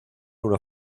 una